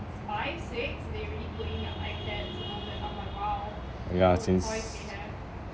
ya it's insane